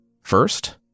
First